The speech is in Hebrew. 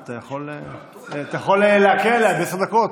אז אתה יכול להקל עליה בעשר דקות,